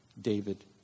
David